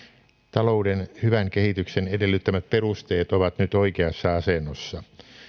talouden hyvän kehityksen edellyttämät perusteet ovat nyt oikeassa asennossa